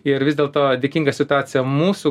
ir vis dėlto dėkinga situacija mūsų